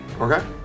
Okay